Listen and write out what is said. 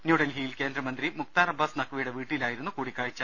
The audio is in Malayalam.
ന്യൂഡൽഹിയിൽ കേന്ദ്രമന്ത്രി മുക്താർ അബ്ബാസ് നഖ്വിയുടെ വീട്ടിലായിരുന്നു കൂടിക്കാഴ്ച